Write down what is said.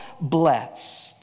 blessed